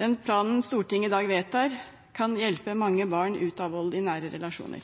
Den planen Stortinget i dag vedtar, kan hjelpe mange barn ut av vold i nære relasjoner.